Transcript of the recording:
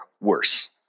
worse